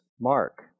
Mark